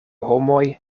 homoj